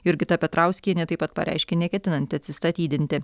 jurgita petrauskienė taip pat pareiškė neketinanti atsistatydinti